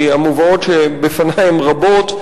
כי המובאות שבפני הן רבות,